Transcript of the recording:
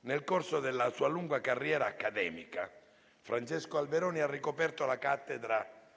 Nel corso della sua lunga carriera accademica, Francesco Alberoni ha ricoperto la cattedra